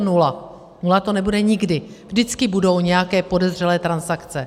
Nula to nebude nikdy, vždycky budou nějaké podezřelé transakce.